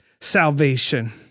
salvation